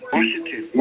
Washington